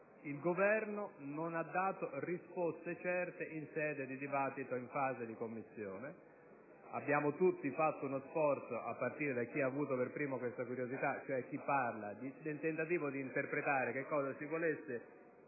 il Governo non ha dato risposte certe in sede di dibattito in Commissione. Abbiamo tutti fatto uno sforzo, a partire da chi ha avuto per primo questa curiosità, cioè chi parla, nel tentativo di interpretare cosa si volesse